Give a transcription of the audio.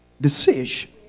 decision